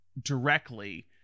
directly